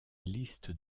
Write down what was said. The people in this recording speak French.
liste